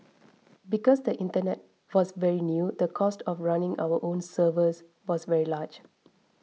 because the internet was very new the cost of running our own servers was very large